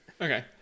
Okay